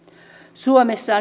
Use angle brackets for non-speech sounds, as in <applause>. suomessa <unintelligible>